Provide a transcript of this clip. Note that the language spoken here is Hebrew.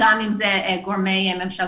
גם אם זה גורמים ממשלתיים,